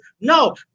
no